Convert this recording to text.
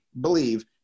believe